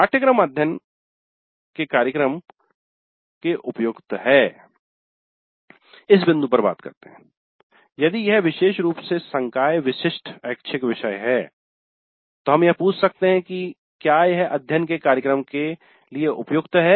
पाठ्यक्रम 'अध्ययन के कार्यक्रम' के उपयुक्त है इस बिंदु पर बात करते है यदि यह विशेष रूप से संकाय विशिष्ट ऐच्छिक विषय है तो हम यह पूछ सकते हैं कि क्या यह 'अध्ययन के कार्यक्रम' के लिए उपयुक्त है